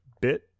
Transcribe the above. bit